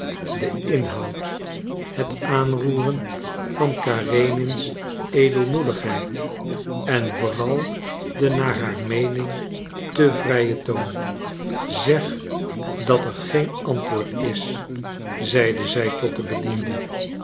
de inhoud het aanroeren van karenins edelmoedigheid en vooral de naar haar meening te vrije toon zeg dat er geen antwoord is zeide zij tot den bediende